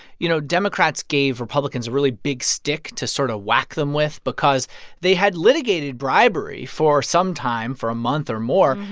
you know, democrats gave republicans a really big stick to sort of whack them with because they had litigated bribery for some time, for a month or more,